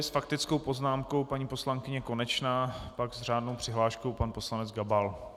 S faktickou poznámkou paní poslankyně Konečná, pak s řádnou přihláškou pan poslanec Gabal.